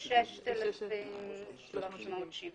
6,370 שקלים.